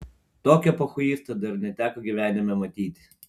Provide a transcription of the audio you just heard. tokio pochuisto dar neteko gyvenime matyti